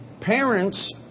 Parents